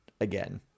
again